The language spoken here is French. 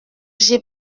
j’ai